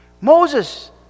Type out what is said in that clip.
Moses